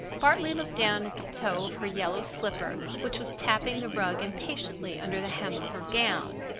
bartley looked down at the toe of her yellow slipper which was tapping the rug impatiently under the hem of her gown.